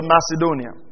Macedonia